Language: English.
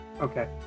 Okay